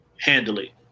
Handily